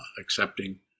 accepting